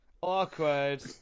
Awkward